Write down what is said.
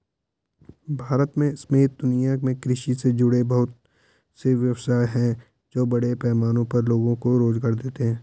भारत समेत दुनिया में कृषि से जुड़े बहुत से व्यवसाय हैं जो बड़े पैमाने पर लोगो को रोज़गार देते हैं